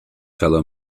fellow